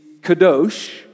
Kadosh